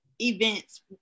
events